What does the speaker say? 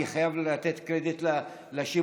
אני חייב לתת קרדיט לשמות,